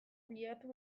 bilatu